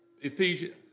Ephesians